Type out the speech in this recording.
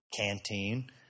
canteen